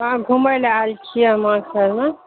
हाँ घुमै ले आएल छिए हम अहाँके शहरमे